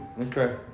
Okay